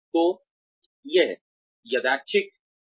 तो यह यादृच्छिक है